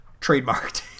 trademarked